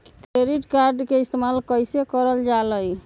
Credit card के इस्तेमाल कईसे करल जा लई?